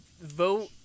vote